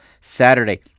Saturday